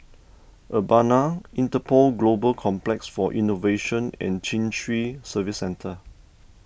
Urbana Interpol Global Complex for Innovation and Chin Swee Service Centre